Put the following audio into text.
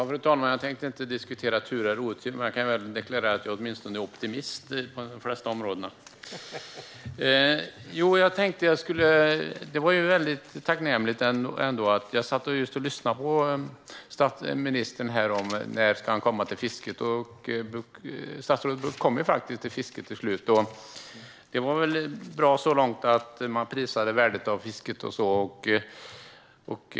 Fru talman! Jag tänkte inte diskutera tur eller otur, men jag kan deklarera att jag åtminstone är optimist på de flesta områden. Jag satt just och lyssnade på ministern och undrade när han skulle komma till fisket, och han kom faktiskt till fisket till slut. Det var väl bra så långt att han prisade värdet av fisket och så.